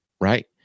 right